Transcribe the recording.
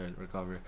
recover